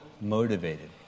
motivated